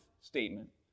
statement